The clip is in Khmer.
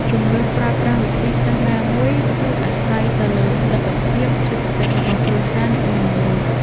ជម្រើសប្រើប្រាស់វិធីសាស្ត្រណាមួយ គឺអាស្រ័យទៅលើលទ្ធភាពសេដ្ឋកិច្ចរបស់គ្រួសារនីមួយៗ។